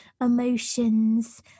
emotions